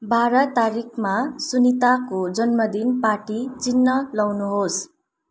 बाह्र तारिकमा सुनिताको जन्मदिन पार्टी चिन्ह लगाउनुहोस्